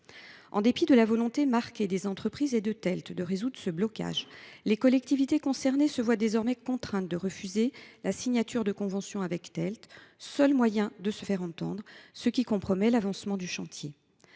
En dépit de la volonté marquée des entreprises et de Telt de résoudre ce blocage, les collectivités concernées se voient désormais contraintes de refuser la signature de convention avec Telt, seul moyen de se faire entendre, ce qui compromet l’avancement du chantier.